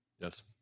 Yes